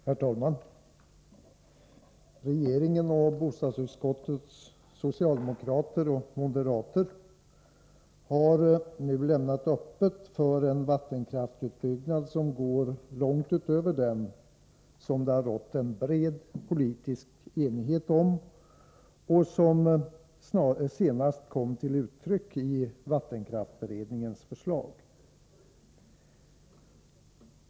Herr talman! Regeringen och bostadsutskottets socialdemokrater och moderater har nu lämnat öppet för en vattenkraftsutbyggnad som går långt utöver den som det rått en bred politisk enighet om och som senast kom till uttryck i vattenkraftsberedningens förslag.